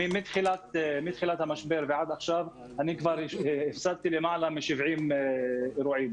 מתחילת המשבר ועד עכשיו כבר הפסדתי למעלה מ-70 אירועים.